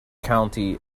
county